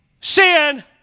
Sin